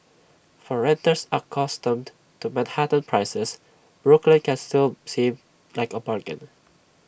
for renters accustomed to Manhattan prices Brooklyn can still seem like A bargain